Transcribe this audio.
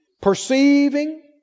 Perceiving